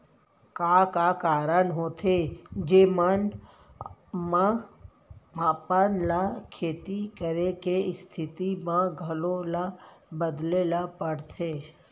का का कारण होथे जेमन मा हमन ला खेती करे के स्तिथि ला घलो ला बदले ला पड़थे?